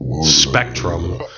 spectrum